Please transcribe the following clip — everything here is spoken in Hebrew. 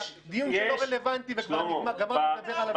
דיון שלא רלוונטי וכבר גמרנו לדבר עליו.